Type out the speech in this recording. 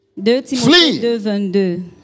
Flee